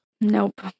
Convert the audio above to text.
Nope